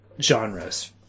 genres